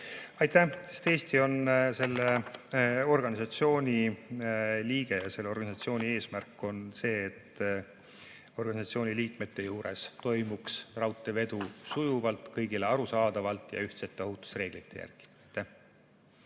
Aitäh! Sest Eesti on selle organisatsiooni liige ja selle organisatsiooni eesmärk on see, et organisatsiooni liikmesmaades toimuks raudteevedu sujuvalt, kõigile arusaadavalt ja ühtsete ohutusreeglite järgi. Aitäh!